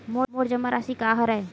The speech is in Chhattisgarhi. मोर जमा राशि का हरय?